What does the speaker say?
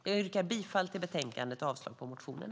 Jag yrkar bifall till förslaget i betänkandet och avslag på motionerna.